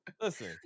Listen